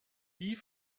die